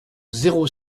zéro